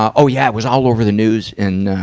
oh yeah, it was all over the news in,